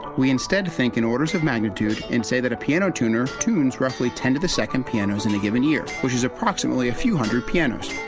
we instead think in orders of magnitude, and say that a piano tuner tunes roughly ten to the second pianos in a given year, which is approximately a few hundred pianos.